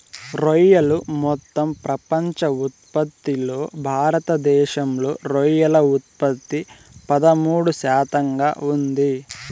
రొయ్యలు మొత్తం ప్రపంచ ఉత్పత్తిలో భారతదేశంలో రొయ్యల ఉత్పత్తి పదమూడు శాతంగా ఉంది